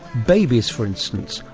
babies for instance,